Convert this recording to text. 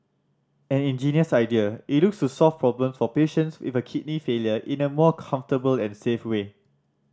an ingenious idea it looks solve problems for patients with kidney failure in a more comfortable and safe way